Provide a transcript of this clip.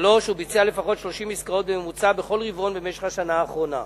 3. הוא ביצע לפחות 30 עסקאות בממוצע בכל רבעון במשך השנה האחרונה.